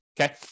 Okay